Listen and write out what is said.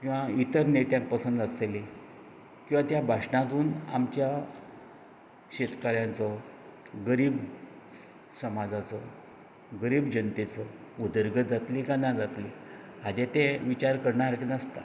किंवा इतर नेत्यांक पसंद आसतली किंवा त्या भाशणांतून आमच्या शेतकऱ्यांचो गरीब समाजाचो गरीब जनतेचो उदरगत जातली काय ना जातली हाजेर ते विचार करणारें सारकें नासता